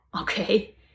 okay